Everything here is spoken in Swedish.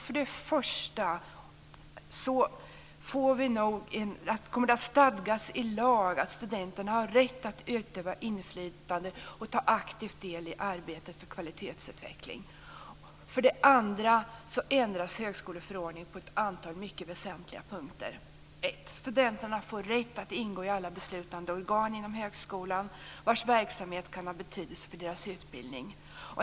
För det första kommer det att stadgas i lag att studenterna har rätt att utöva inflytande och ta aktiv del i arbetet för kvalitetsutveckling. För det andra ändras högskoleförordningen på ett antal mycket väsentliga punkter: Studenterna får rätt att ingå i alla beslutande organ inom högskolan vars verksamhet kan ha betydelse för deras utbildning.